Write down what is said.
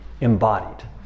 embodied